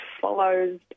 follows